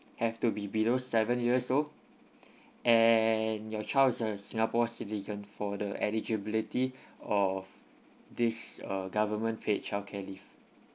have to be below seven years old and your child is a singapore citizen for the eligibility of this uh government paid childcare leave